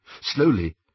Slowly